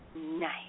nice